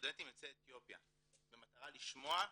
סטודנטים יוצאי אתיופיה, במטרה לשמוע ולהשמיע.